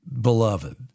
beloved